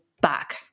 back